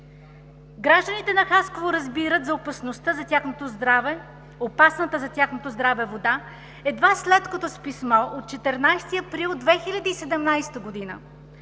Гражданите на Хасково разбират за опасната за тяхното здраве вода едва след като с писмо от 14 април 2017 г.